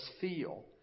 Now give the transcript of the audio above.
feel